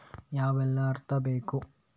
ಯಾವೆಲ್ಲ ಅರ್ಹತೆ ಬೇಕು?